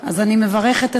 אני מברכת אתכם.